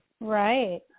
Right